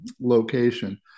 location